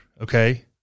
okay